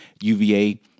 UVA